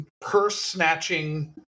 purse-snatching